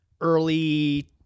early